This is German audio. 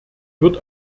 wird